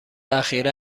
اخیرا